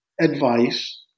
advice